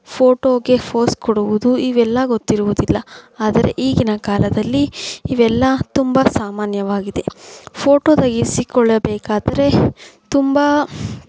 ಫ಼ೋಟೋಗೆ pose ಕೊಡುವುದು ಇವೆಲ್ಲ ಗೊತ್ತಿರುವುದಿಲ್ಲ ಆದರೆ ಈಗಿನ ಕಾಲದಲ್ಲಿ ಇವೆಲ್ಲ ತುಂಬ ಸಾಮಾನ್ಯವಾಗಿದೆ ಫ಼ೋಟೊ ತೆಗೆಸಿಕೊಳ್ಳಬೇಕಾದರೆ ತುಂಬ